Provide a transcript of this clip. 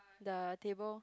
the table